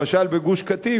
למשל בגוש-קטיף,